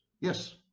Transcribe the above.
Yes